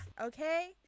Okay